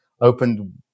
opened